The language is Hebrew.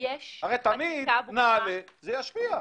הרי תמיד כשנעלה זה ישפיע.